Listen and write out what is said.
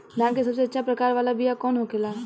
धान के सबसे अच्छा प्रकार वाला बीया कौन होखेला?